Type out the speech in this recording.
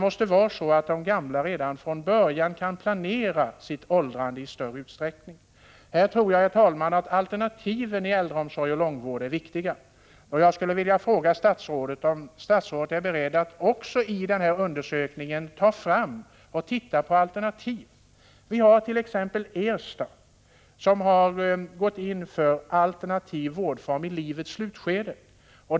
De gamla måste redan från början kunna planera sitt åldrande i större utsträckning. Jag tror, herr talman, att alternativen i äldreomsorgen och långvården härvidlag är viktiga. Jag skulle vilja fråga statsrådet om statsrådet är beredd att i den här undersökningen också ta fram och studera olika alternativ. Man har t.ex. på Erstasjukhuset gått in för en alternativ form av vård i livets slutskede.